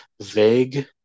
vague